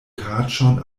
kaĉon